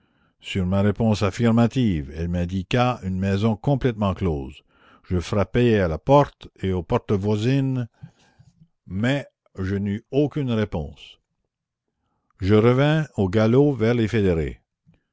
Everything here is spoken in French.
sur ma réponse affirmative elle m'indiqua une maison complètement close je frappai à la porte et aux portes voisines mais je n'eus aucune réponse je revins au galop vers les fédérés